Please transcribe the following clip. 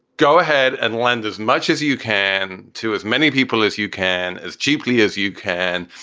go ahead and lend as much as you can to as many people as you can as cheaply as you can.